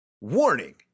Warning